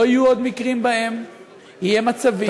לא יהיו עוד מקרים שבהם יהיו מצבים